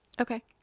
Okay